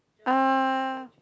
uh